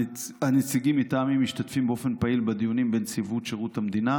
הנציגים מטעמי משתתפים באופן פעיל בדיונים בנציבות שירות המדינה,